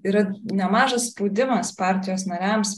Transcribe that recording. yra nemažas spaudimas partijos nariams